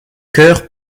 coeur